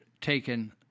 taken